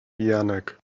janek